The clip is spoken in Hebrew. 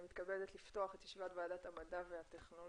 אני מתכבדת לפתוח את ישיבת ועדת המדע והטכנולוגיה.